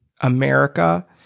America